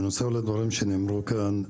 בנוסף לדברים שנאמרו כאן,